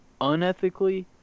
unethically